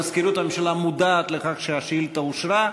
מזכירות הממשלה מודעת לכך שהשאילתה אושרה,